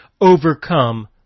overcome